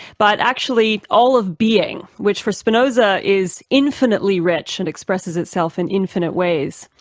but actually all of being, which for spinoza is infinitely rich and expresses itself in infinite ways.